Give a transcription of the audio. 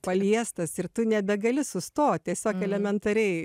paliestas ir tu nebegali sustot tiesiog elementariai